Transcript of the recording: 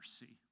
mercy